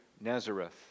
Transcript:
Nazareth